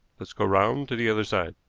let's go round to the other side.